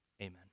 Amen